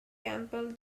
campbell